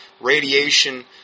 radiation